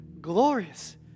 glorious